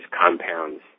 compounds